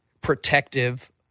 protective